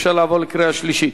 אפשר לעבור לקריאה שלישית?